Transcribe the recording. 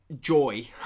joy